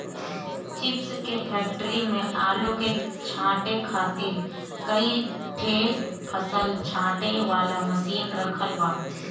chips के factory में आलू के छांटे खातिर कई ठे फसल छांटे वाला मशीन रखल बा